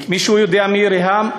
מישהו יודע מי היא ריהאם?